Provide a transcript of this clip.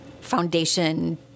foundation